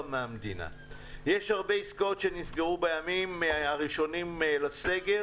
יש הרבה עסקאות שנסגרו בימים הראשונים לסגר